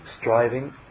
striving